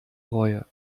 reue